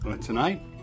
Tonight